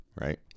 right